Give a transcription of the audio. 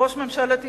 ראש ממשלת ישראל,